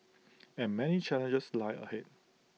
and many challenges lie ahead